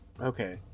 Okay